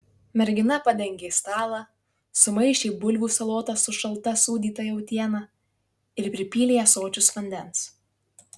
mergina padengė stalą sumaišė bulvių salotas su šalta sūdyta jautiena ir pripylė ąsočius vandens